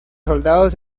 soldados